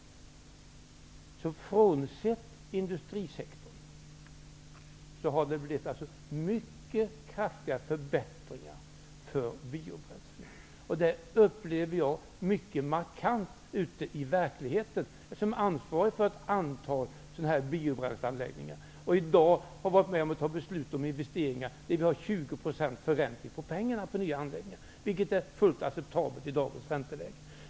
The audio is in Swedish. Frånsett industrisektorn har det blivit mycket kraftiga förbättringar för biobränslena. Det upplever jag mycket markant ute i verkligheten som ansvarig för ett antal biobränsleanläggningar. I dag har jag varit med om att fatta beslut om investeringar där vi har 20 % förräntning på pengarna på nya anläggningar, vilket är fullt acceptabelt i dagens ränteläge.